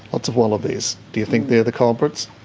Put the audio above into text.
lots of wallabies. do you think they are the culprits?